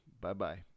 Bye-bye